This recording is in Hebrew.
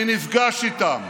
אני נפגש איתם,